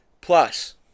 plus